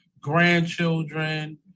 grandchildren